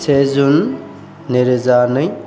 से जुन नैरोजा नै